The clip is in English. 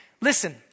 Listen